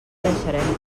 deixarem